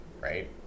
right